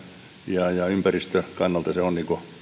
ja ja ympäristön kannalta se on